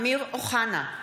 (קוראת בשמות חברי הכנסת) אמיר אוחנה,